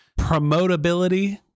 promotability